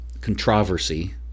controversy